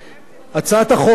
הצעת החוק הזאת,